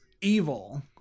evil